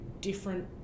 different